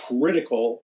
critical